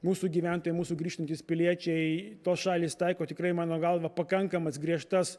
mūsų gyventojai mūsų grįžtantys piliečiai tos šalys taiko tikrai mano galva pakankamas griežtas